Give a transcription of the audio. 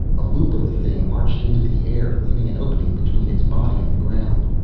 a loop of the thing arched into the air, leaving an opening between its body and the ground.